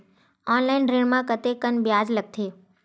Online ऋण म कतेकन ब्याज लगथे?